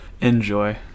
Enjoy